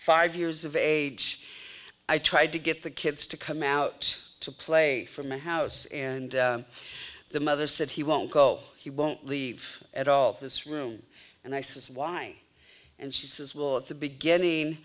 five years of age i tried to get the kids to come out to play for my house and the mother said he won't go he won't leave at all of this room and i says why and she says well at the beginning